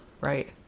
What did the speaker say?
Right